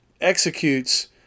executes